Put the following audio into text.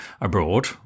abroad